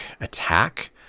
attack